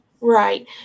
Right